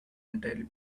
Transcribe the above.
entirely